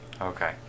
Okay